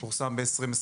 פורסם ב-2021,